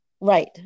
Right